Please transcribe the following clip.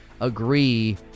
agree